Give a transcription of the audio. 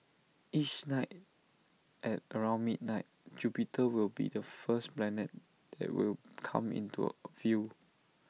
each night at around midnight Jupiter will be the first planet that will come into A view